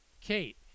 Kate